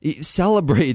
celebrate